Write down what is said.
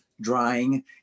drying